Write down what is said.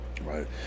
Right